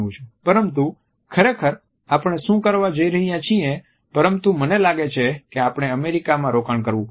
પરંતુ ખરેખર આપણે શું કરવા જઈ રહ્યા છીએ પરંતુ મને લાગે છે કે આપણે અમેરિકામાં રોકાણ કરવું પડશે